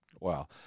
Wow